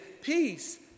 peace